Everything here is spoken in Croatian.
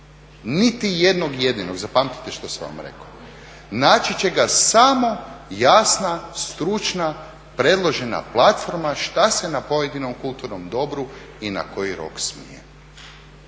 niti jednog jedinog zapamtite što sam vam rekao. Naći će ga samo jasna, stručna predložena platforma šta se na pojedinom kulturnom dobru i na koji rok smije.